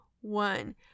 one